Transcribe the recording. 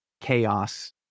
chaos